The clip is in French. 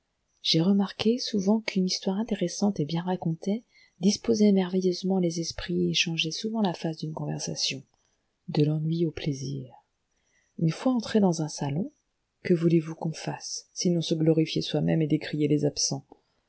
j'ai remarqué souvent qu'une histoire intéressante et bien racontée disposait merveilleusement les esprits et changeait souvent la face d'une conversation de l'ennui au plaisir une fois entré dans un salon que voulez-vous qu'on fasse sinon se glorifier soi-même et décrier les absents